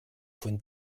von